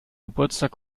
geburtstag